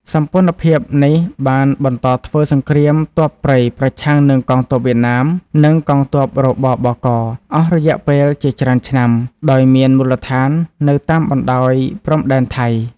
សម្ព័ន្ធភាពនេះបានបន្តធ្វើសង្គ្រាមទ័ពព្រៃប្រឆាំងនឹងកងទ័ពវៀតណាម និងកងទ័ព រ.ប.ប.ក. អស់រយៈពេលជាច្រើនឆ្នាំ ដោយមានមូលដ្ឋាននៅតាមបណ្ដោយព្រំដែនថៃ ។